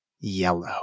yellow